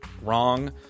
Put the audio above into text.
Wrong